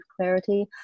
clarity